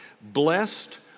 blessed